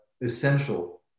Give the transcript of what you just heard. essential